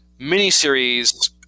miniseries